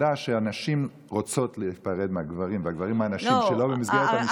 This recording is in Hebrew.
הפרדה שהנשים רוצות להיפרד מהגברים והגברים מהנשים שלא במסגרת המשפחה,